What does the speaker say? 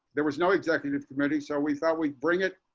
there was no executive committee. so we thought we'd bring it